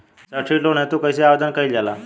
सैक्षणिक लोन हेतु कइसे आवेदन कइल जाला?